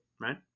right